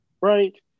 right